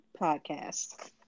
Podcast